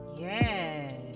Yes